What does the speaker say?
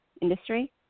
industry